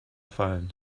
fallen